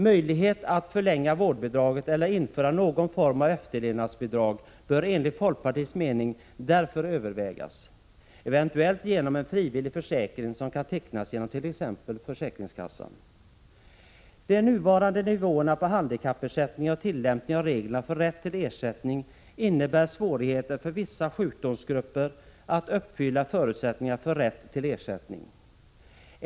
Möjlighet att förlänga vårdbidraget eller införa någon form av efterlevandebidrag bör enligt folkpartiets mening därför övervägas, eventuellt genom en frivillig försäkring som kan tecknas genom t.ex. försäkringskassan. De nuvarande nivåerna på handikappersättningen och tillämpningen av reglerna för rätt till ersättning innebär svårigheter för vissa sjukdomsgrupper att uppfylla förutsättningarna för rätt till ersättning.